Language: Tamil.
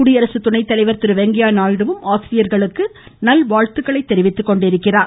குடியரசு துணை தலைவர் திரு வெங்கையா நாயுடுவும் ஆசிரியர்களுக்கு நல்வாழ்த்துக்களை தெரிவித்துக்கொண்டுள்ளார்